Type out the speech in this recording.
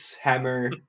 Hammer